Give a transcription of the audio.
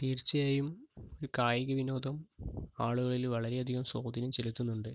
തീർച്ചയായും കായിക വിനോദം ആളുകളിൽ വളരെ അധികം സ്വാധീനം ചെലുത്തുന്നുണ്ട്